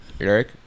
Eric